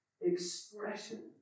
expression